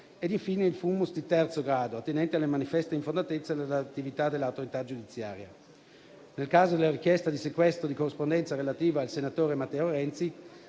infine, il *fumus* di terzo grado, attinente alle manifesta infondatezza dell'attività dell'autorità giudiziaria. Nel caso della richiesta di sequestro di corrispondenza relativa al senatore Matteo Renzi